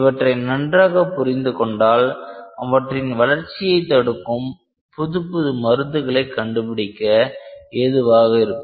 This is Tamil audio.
இவற்றை நன்றாக புரிந்து கொண்டால் அவற்றின் வளர்ச்சியை தடுக்கும் புதுப்புது மருந்துகளை கண்டுபிடிக்க ஏதுவாக இருக்கும்